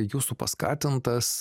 jūsų paskatintas